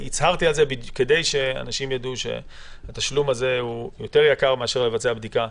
הצהרתי על זה כדי שאנשים יידעו שהתשלום הזה יקר יותר מאשר לבצע בדיקה